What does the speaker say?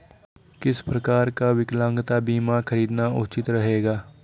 किस प्रकार का विकलांगता बीमा खरीदना उचित रहेगा?